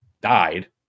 died